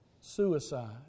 suicide